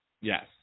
Yes